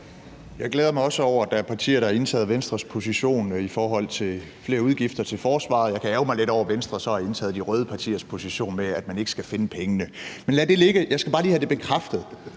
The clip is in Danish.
Jeg glæder mig også over, at der er partier, der har indtaget Venstres position i forhold til flere udgifter til forsvaret. Jeg kan ærgre mig lidt over, at Venstre så har indtaget de røde partiers position med, at man ikke skal finde pengene. Men lad det ligge. Jeg skal bare lige have bekræftet,